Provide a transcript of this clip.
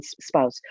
spouse